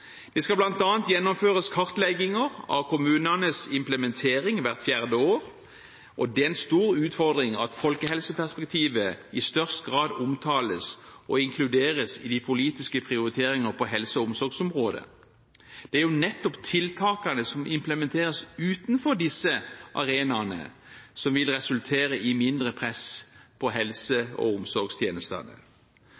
Det skal bl.a. gjennomføres kartlegginger av kommunenes implementering hvert fjerde år. Det er en stor utfordring at folkehelseperspektivet i størst grad omtales og inkluderes i de politiske prioriteringene på helse- og omsorgsområdet. Det er jo nettopp tiltakene som implementeres utenfor disse arenaene, som vil resultere i mindre press på helse-